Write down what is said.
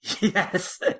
yes